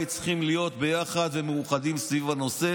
צריכים להיות ביחד ומאוחדים סביב הנושא.